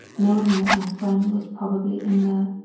knowing that my friend was probably in there.